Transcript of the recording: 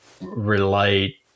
relate